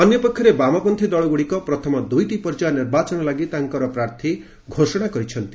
ଅନ୍ୟପକ୍ଷରେ ବାମପନ୍ଥୀ ଦଳଗୁଡିକ ପ୍ରଥମ ଦୁଇଟି ପର୍ଯ୍ୟାୟ ନିର୍ବାଚନ ଲାଗି ତାଙ୍କର ପ୍ରାର୍ଥୀ ଘୋଷଣା କରିଛନ୍ତି